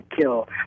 kill